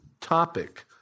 topic